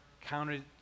counted